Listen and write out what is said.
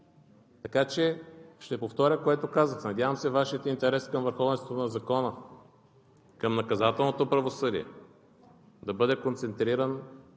Така че ще повторя, което казах: надявам се Вашият интерес към върховенството на закона, към наказателното правосъдие, да бъде концентриран